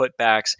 putbacks